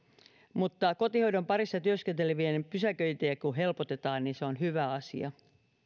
mutta kotihoidon parissa työskentelevien pysäköintiä kun helpotetaan niin se on hyvä asia